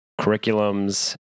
curriculums